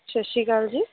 ਸਤਿ ਸ਼੍ਰੀ ਅਕਾਲ ਜੀ